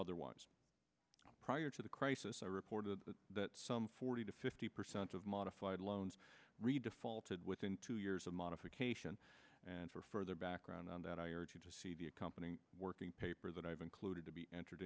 otherwise prior to the crisis i reported that some forty to fifty percent of modified loans re defaulted within two years of modification and for further background on that i urge you to see the accompanying working paper that i have included to be entered